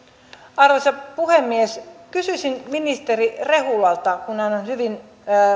arvoisa puhemies kysyisin ministeri rehulalta kun hän on hyvin